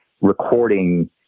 recording